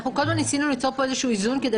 אנחנו כל הזמן ניסינו ליצור פה איזשהו איזון כדי